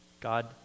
God